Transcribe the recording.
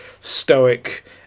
stoic